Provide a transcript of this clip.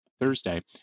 Thursday